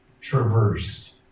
traversed